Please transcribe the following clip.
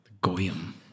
Goyim